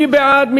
מי בעד?